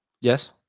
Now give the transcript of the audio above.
Yes